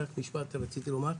רק משפט רציתי לומר.